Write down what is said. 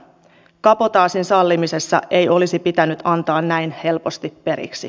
kabotaasin sallimisessa ei olisi pitänyt antaa näin helposti periksi